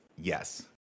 Yes